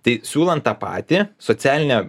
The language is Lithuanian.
tai siūlant tą patį socialinę